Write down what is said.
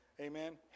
Amen